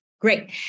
Great